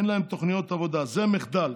אין להם תוכניות עבודה, זה מחדל".